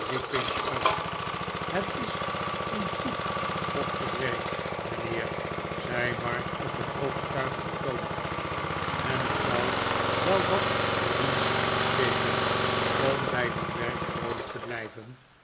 uit het is een goed vochtig werk mijnheer zei mark op een overtuigenden toon en er zou wel wat verdienste in steken om bij dat werk vroolijk te blijven